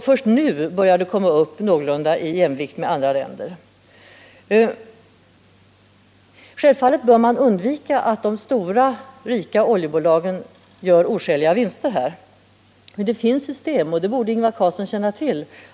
Först nu börjar det komma upp i nivå med andra länders. Självfallet bör man undvika att de stora, rika oljebolagen gör oskäliga vinster. Men det finns system att göra det, och det borde Ingvar Carlsson känna till.